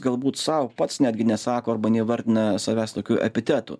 galbūt sau pats netgi nesako arba neįvardina savęs tokiu epitetu